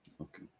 Okay